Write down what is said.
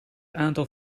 aantal